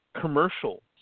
commercial